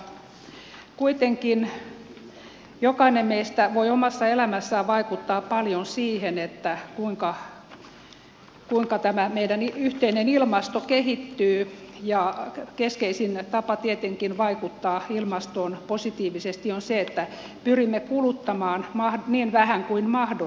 kuitenkin jokainen meistä voi omassa elämässään vaikuttaa paljon siihen kuinka tämä meidän yhteinen ilmasto kehittyy ja keskeisin tapa tietenkin vaikuttaa ilmastoon positiivisesti on se että pyrimme kuluttamaan niin vähän kuin mahdollista